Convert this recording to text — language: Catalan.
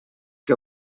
que